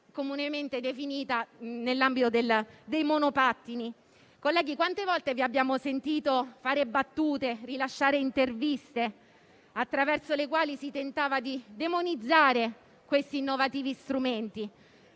comunemente definita nell'ambito dei monopattini. Colleghi, quante volte vi abbiamo sentito fare battute, rilasciare interviste attraverso le quali si tentava di demonizzare questi innovativi strumenti?